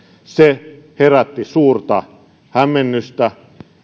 se herätti suurta hämmennystä